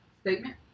statement